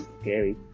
scary